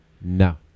No